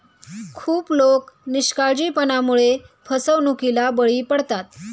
खूप लोक निष्काळजीपणामुळे फसवणुकीला बळी पडतात